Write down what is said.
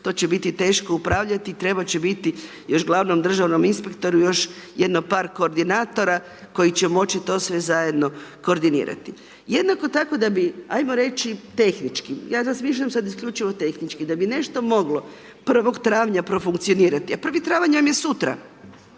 to će biti teško upravljati i trebati će biti još glavnom državnom inspektoru još jedno par koordinatora koji će moći to sve zajedno koordinirati. Jednako tako da bi ajmo reći tehnički, ja razmišljam sad isključivo tehnički da bi nešto moglo 1. travnja profunkcionirati a 1. travanj vam je sutra,